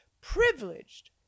privileged